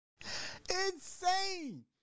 Insane